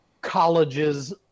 colleges